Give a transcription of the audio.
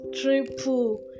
triple